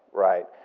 right?